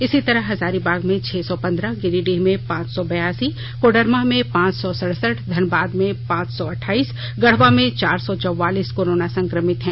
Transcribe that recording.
इसी तरह हजारीबाग में छह सौ पंदह गिरिडीह में पांच सौ बयासी कोडरमा में पांच सौ सड़सठ धनबाद में पांच सौ अठाईस गढवा में चार सौ चौवालीस कोरोना संकमित है